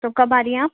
تو کب آ رہی ہیں آپ